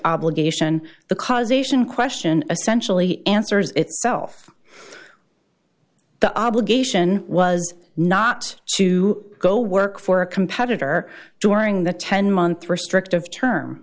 obligation the causation question essential he answers itself the obligation was not to go work for a competitor during the ten month restrictive term